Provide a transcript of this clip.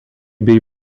bei